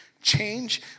change